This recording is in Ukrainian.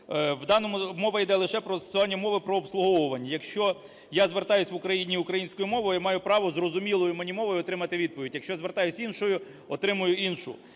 немає. Мові іде лише про застосування мови про обслуговування. Якщо я звертаюсь в Україні українською мовою, я маю право зрозумілою мені мовою отримати відповідь. Якщо я звертаюсь іншою – отримую іншу.